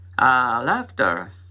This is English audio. Laughter